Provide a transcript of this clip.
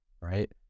Right